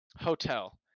hotel